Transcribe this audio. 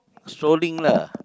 strolling lah